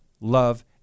love